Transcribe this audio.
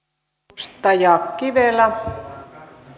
edustaja kivelä